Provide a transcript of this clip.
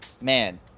man